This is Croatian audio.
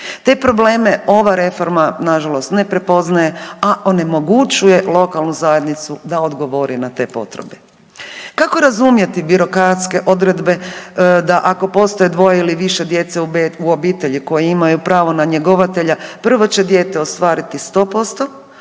Te probleme ova reforma nažalost ne prepoznaje, a onemogućuje lokalnu zajednicu da odgovori na te potrebe. Kako razumjeti birokratske odredbe da ako postoji dvoje ili više djece u obitelji koje imaju pravo na njegovatelja, prvo će dijete ostvariti 100%,